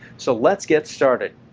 so let's get started.